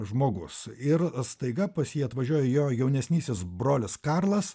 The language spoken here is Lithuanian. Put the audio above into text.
žmogus ir staiga pas jį atvažiuoja jo jaunesnysis brolis karlas